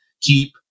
keep